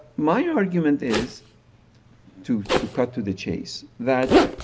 my argument is to to cut to the chase, that